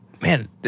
man